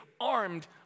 armed